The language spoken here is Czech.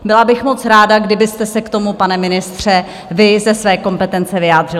Byla bych moc ráda, kdybyste se k tomu, pane ministře, vy ze své kompetence, vyjádřil.